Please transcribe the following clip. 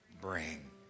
bring